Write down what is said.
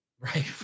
Right